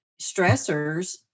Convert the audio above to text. stressors